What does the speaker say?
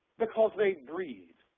because they breed.